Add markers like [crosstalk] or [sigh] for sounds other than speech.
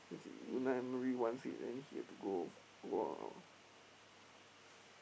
he had to go out [noise] go out [noise]